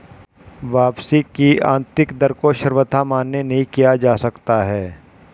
वापसी की आन्तरिक दर को सर्वथा मान्य नहीं किया जा सकता है